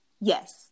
Yes